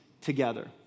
together